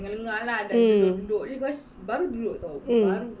mm mm